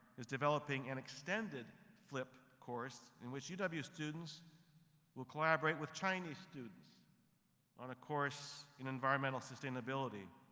is developing an extended flip course in which uw uw students will collaborate with chinese students on a course in environmental sustainability.